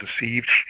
deceived